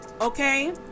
Okay